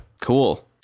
Cool